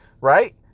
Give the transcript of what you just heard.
Right